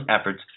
efforts